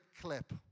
clip